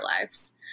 lives